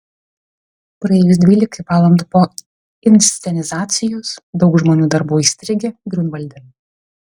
praėjus dvylikai valandų po inscenizacijos daug žmonių dar buvo įstrigę griunvalde